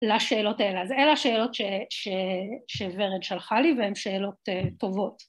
‫לשאלות האלה. אז אלה השאלות ‫שוורד שלחה לי והן שאלות טובות.